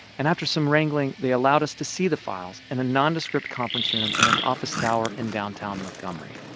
and after some wrangling, they allowed us to see the files in a nondescript conference room in an office tower in downtown montgomery